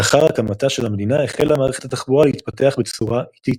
לאחר הקמתה של המדינה החלה מערכת התחבורה להתפתח בצורה איטית.